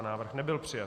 Návrh nebyl přijat.